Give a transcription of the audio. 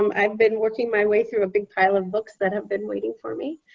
um i've been working my way through a big pile of books that have been waiting for me.